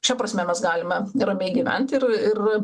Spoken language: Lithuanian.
šia prasme mes galime ramiai gyventi ir ir